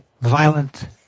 violent